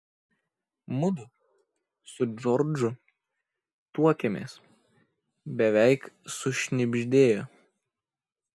mudu su džordžu tuokiamės beveik sušnibždėjo